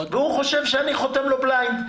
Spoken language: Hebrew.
והוא חושב שאני חותם לו בליינד.